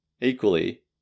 Equally